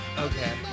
Okay